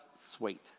sweet